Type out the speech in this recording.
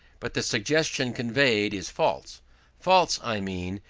but the suggestion conveyed is false false, i mean,